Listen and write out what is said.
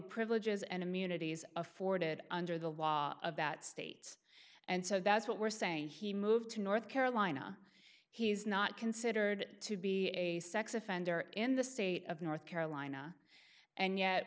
privileges and immunities afforded under the law of that state and so that's what we're saying he moved to north carolina he's not considered to be a sex offender in the state of north carolina and yet